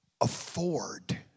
afford